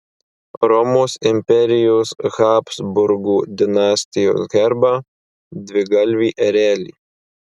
romos imperijos habsburgų dinastijos herbą dvigalvį erelį